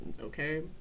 okay